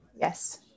Yes